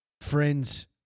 Friends